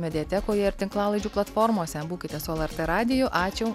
mediatekoje ir tinklalaidžių platformose būkite su lrt radiju ačiū